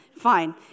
Fine